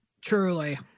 Truly